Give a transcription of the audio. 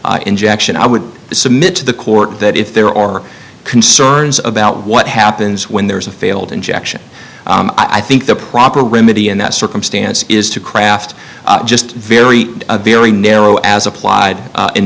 failed injection i would submit to the court that if there are concerns about what happens when there's a failed injection i think the proper remedy in that circumstance is to craft just very very narrow as applied in